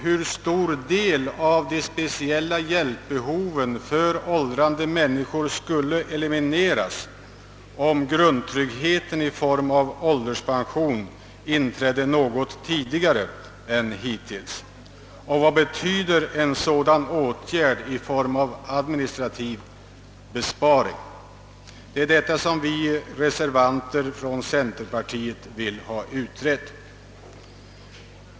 Hur stor del av de specielia hjälpbehoven för åldrande människor skulle elimineras om grundtryggheten i form av ålderspension inträdde något tidigare än hittills? Och vad betyder en sådan åtgärd i form av administrativ besparing? Det är detta som vi reservanter från centerpartiet vill ha utrett.